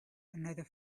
another